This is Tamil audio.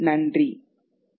நன்றி